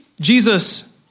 Jesus